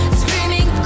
screaming